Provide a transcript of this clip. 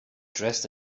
dressed